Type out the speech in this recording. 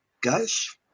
guys